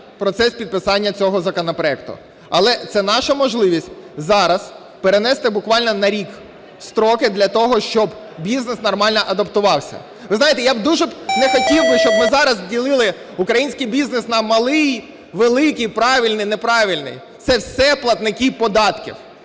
процес підписання цього законопроекту. Але це наша можливість зараз перенести буквально на рік строки для того, щоб бізнес нормально адаптувався. Ви знаєте, я б дуже не хотів би, щоб ми зараз ділили український бізнес на малий, великий, правильний, неправильний. Це все платники податків.